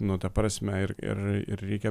nu ta prasme ir ir ir reikia